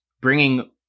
bringing